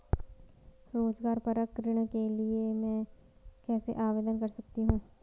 रोज़गार परक ऋण के लिए मैं कैसे आवेदन कर सकतीं हूँ?